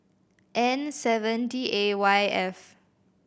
N seven D A Y F